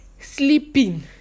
Sleeping